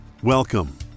Welcome